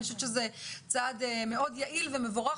אני חושבת שזה צעד מאוד יעיל ומבורך,